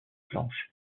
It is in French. planches